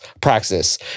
praxis